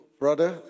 brother